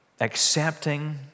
accepting